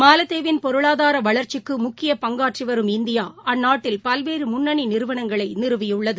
மாலத்தீவின் பொருளாதார வளர்ச்சிக்கு முக்கிய பங்காற்றிவரும் இந்தியா அந்நாட்டில் பல்வேறு முன்னணி நிறுவனங்களை நிறுவியுள்ளது